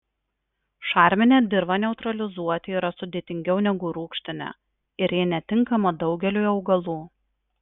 šarminę dirvą neutralizuoti yra sudėtingiau negu rūgštinę ir ji netinkama daugeliui augalų